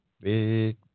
big